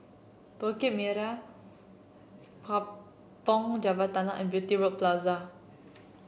Bukit Kampong Java Tunnel and Beauty World Plaza